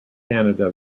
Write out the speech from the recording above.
canada